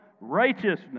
righteousness